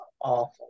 awful